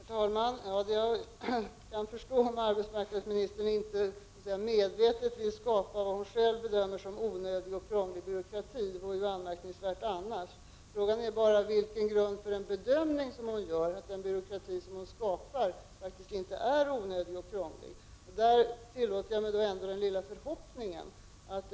Herr talman! Jag kan förstå om arbetsmarknadsministern inte medvetet vill skapa det hon själv bedömer som onödig och krånglig byråkrati. Det vore anmärkningsvärt annars. Frågan är bara vilken grund hon har för den bedömning hon gör, att den byråkrati hon skapar inte är onödig och krånglig.